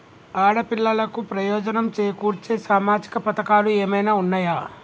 ఆడపిల్లలకు ప్రయోజనం చేకూర్చే సామాజిక పథకాలు ఏమైనా ఉన్నయా?